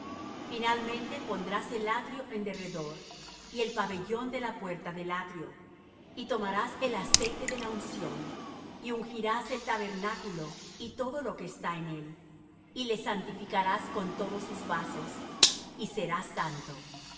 finalmente pondrás el atrio en derredor y el pabellón de la puerta del atrio y tomarás el aceite de la unción y ungirás el tabernáculo y todo lo que está en él y le santificarás con todos sus vasos y será santo